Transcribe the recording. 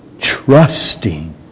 Trusting